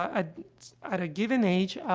at at a given age, ah,